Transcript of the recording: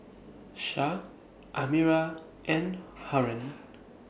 Syah Amirah and Haron